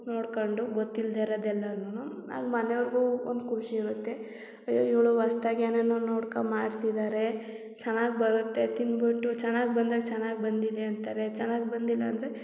ನೋಡ್ಕೊಂಡು ಗೊತ್ತಿಲ್ಲದೆ ಇರೋದ್ ಎಲ್ಲನು ಹಂಗ್ ಮನೆವ್ರಿಗೂ ಒಂದು ಖುಷಿ ಇರುತ್ತೆ ಅಯ್ಯೋ ಇವಳು ಹೊಸ್ತಾಗ್ ಏನೇನೋ ನೋಡ್ಕೋ ಮಾಡ್ತಿದ್ದಾರೆ ಚೆನ್ನಾಗಿ ಬರುತ್ತೆ ತಿಂದ್ಬಿಟ್ಟು ಚೆನ್ನಾಗಿ ಬಂದಾಗ ಚೆನ್ನಾಗಿ ಬಂದಿದೆ ಅಂತಾರೆ ಚೆನ್ನಾಗಿ ಬಂದಿಲ್ಲ ಅಂದರೆ